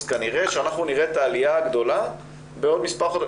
כנראה שאנחנו נראה את העלייה הגדולה בעוד מספר חודשים.